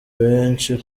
benshi